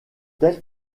telles